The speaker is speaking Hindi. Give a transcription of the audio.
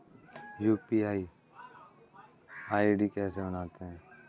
यू.पी.आई आई.डी कैसे बनाते हैं?